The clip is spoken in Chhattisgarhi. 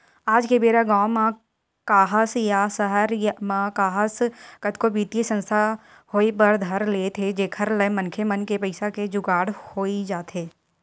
आज के बेरा गाँव म काहस या सहर म काहस कतको बित्तीय संस्था होय बर धर ले हे जेखर ले मनखे मन के पइसा के जुगाड़ होई जाथे